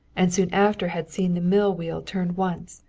and soon after had seen the mill wheel turn once,